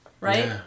Right